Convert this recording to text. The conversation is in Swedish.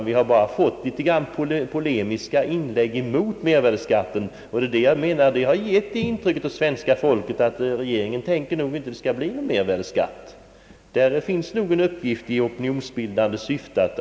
Vi har bara fått en del polemiska inlägg mot mervärdeskatten från detta håll. Detta förhållande har enligt min mening givit svenska folket det intrycket att regeringen inte avser att införa någon mervärdeskatt. Man har på denna punkt att fullfölja en opinionsbildande verksamhet.